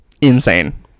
Insane